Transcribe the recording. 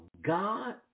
God